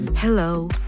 Hello